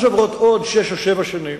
אז עוברות עוד שש או שבע שנים,